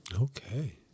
Okay